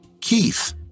Keith